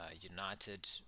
United